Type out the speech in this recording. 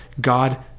God